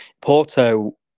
Porto